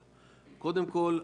מדיניות.